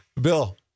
Bill